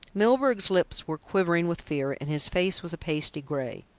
milburgh's lips were quivering with fear and his face was a pasty grey.